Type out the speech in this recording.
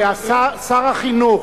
שר החינוך.